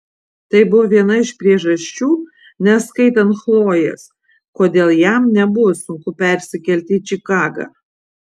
tai buvo viena iš priežasčių neskaitant chlojės kodėl jam nebuvo sunku persikelti į čikagą